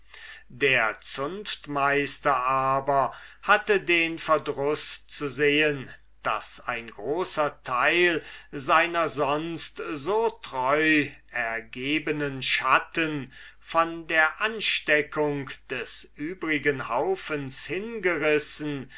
der zunftmeister aber hatte den verdruß zu sehen daß ein großer teil seiner sonst so treuergebenen schatten von der ansteckung des übrigen haufens hingerissen